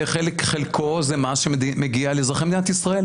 שחלקו זה מס שמגיע לאזרחי מדינת ישראל.